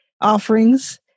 offerings